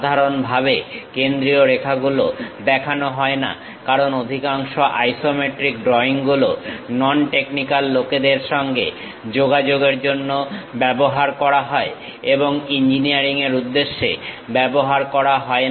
সাধারণভাবে কেন্দ্রীয় রেখাগুলো দেখানো হয় না কারণ অধিকাংশ আইসোমেট্রিক ড্রইংগুলো নন টেকনিক্যাল লোকেদের সঙ্গে যোগাযোগের জন্য ব্যবহার করা হয় এবং ইঞ্জিনিয়ারিং এর উদ্দেশ্যে ব্যবহার করা হয় না